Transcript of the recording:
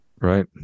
Right